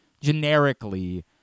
generically